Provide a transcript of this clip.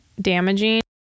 damaging